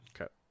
Okay